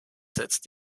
setzt